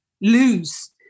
lose